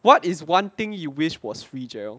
what is one thing you wish was free jarrell